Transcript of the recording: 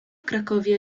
krakowie